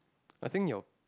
I think your